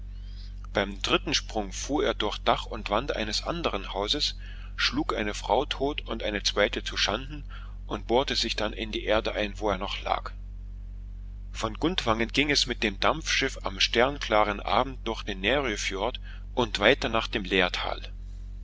beim dritten sprung fuhr er durch dach und wand eines anderen hauses schlug eine frau tot und eine zweite zuschanden und bohrte sich dann in die erde ein wo er noch lag von gudvangen ging es mit dem dampfschiff am sternklaren abend durch den näröfjord und weiter nach dem